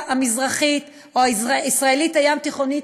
המזרחית או הישראלית הים-תיכונית,